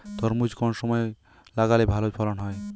তরমুজ কোন সময় লাগালে ভালো ফলন হয়?